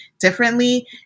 differently